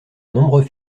nombreux